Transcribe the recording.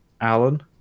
Alan